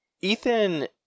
Ethan